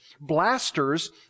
blasters